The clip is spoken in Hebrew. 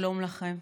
שלום לכם,